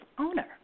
owner